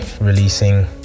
releasing